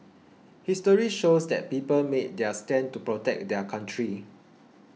history shows that people made their stand to protect their country